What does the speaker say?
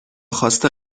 خواسته